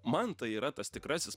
man tai yra tas tikrasis